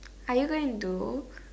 are you going do